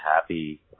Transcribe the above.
happy